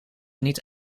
niet